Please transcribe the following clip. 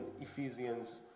Ephesians